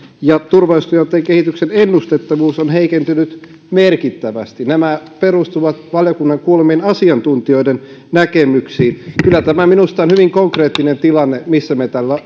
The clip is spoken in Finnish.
ja turvallisuustilanteen kehityksen ennustettavuus on heikentynyt merkittävästi nämä perustuvat valiokunnan kuulemien asiantuntijoiden näkemyksiin kyllä tämä minusta on hyvin konkreettinen tilanne missä me